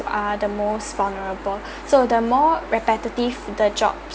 are the most vulnerable so the more repetitive the job